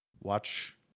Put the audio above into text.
watch